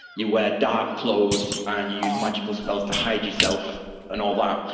you wear dark clothes and you use magical spells to hide yourself and all that,